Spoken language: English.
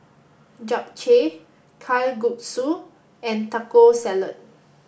Japchae Kalguksu and Taco Salad